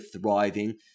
thriving